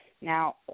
now